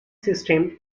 system